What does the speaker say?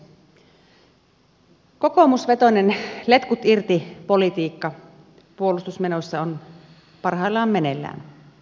kokoomusvetoinen letkut irti politiikka puolustusmenoissa on parhaillaan meneillään